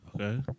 Okay